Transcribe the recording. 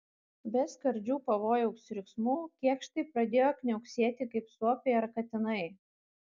be skardžių pavojaus riksmų kėkštai pradėjo kniauksėti kaip suopiai ar katinai